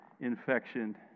infection